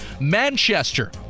Manchester